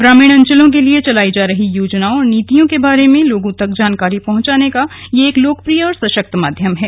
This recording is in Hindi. ग्रामीण अंचलों के लिए चलाई जा रही योजनाओं और नीतियों के बारे में लोगों तक जानकारी पहुंचाने का ये एक लोकप्रिय और सशक्त माध्यम है